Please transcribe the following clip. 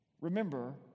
Remember